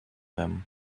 them